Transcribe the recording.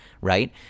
right